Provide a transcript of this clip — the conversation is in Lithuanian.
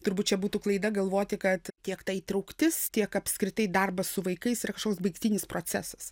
turbūt čia būtų klaida galvoti kad tiek ta įtrauktis tiek apskritai darbas su vaikais yra kažkoks baigtinis procesas